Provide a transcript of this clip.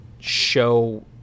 show